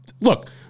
look